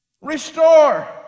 restore